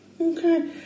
Okay